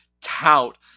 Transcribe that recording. Tout